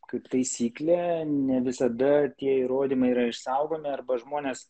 kaip taisyklė ne visada tie įrodymai yra išsaugomi arba žmonės